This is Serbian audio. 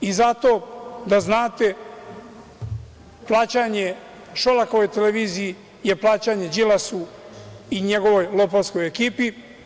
I, zato da znate plaćanja Šolakove televiziji je plaćanje Đilasu i njegovoj lopovskoj ekipi.